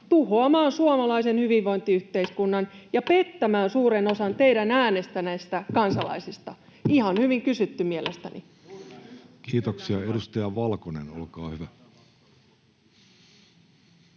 tuhoamaan suomalaisen hyvinvointiyhteiskunnan ja pettämään suuren osan teitä äänestäneistä kansalaisista.” Ihan hyvin kysytty mielestäni. Kiitoksia. — Edustaja Valkonen, olkaa hyvä